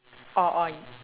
oh !oi!